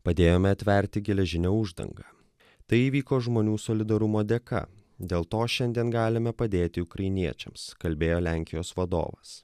padėjome atverti geležinę uždangą tai įvyko žmonių solidarumo dėka dėl to šiandien galime padėti ukrainiečiams kalbėjo lenkijos vadovas